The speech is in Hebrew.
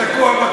שקוע.